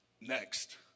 next